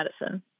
Medicine